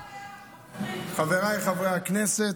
חבריי חברי הכנסת,